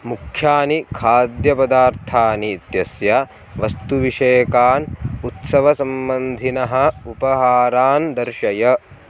मुख्यानि खाद्यपदार्थानि इत्यस्य वस्तुविषयकान् उत्सवसम्बन्धिनः उपहारान् दर्शय